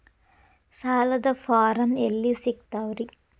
ಸಾಲದ ಫಾರಂ ಎಲ್ಲಿ ಸಿಕ್ತಾವ್ರಿ?